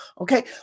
Okay